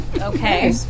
Okay